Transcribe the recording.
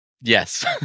Yes